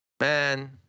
man